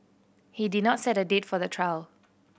he did not set a date for the trial